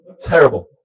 Terrible